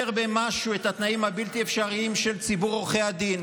במשהו את התנאים הבלתי-אפשריים של ציבור עורכי הדין,